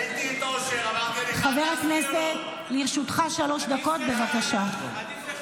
חבר הכנסת, לרשותך שלוש דקות, בבקשה.